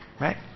Right